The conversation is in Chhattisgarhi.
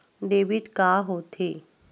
डेबिट का होथे?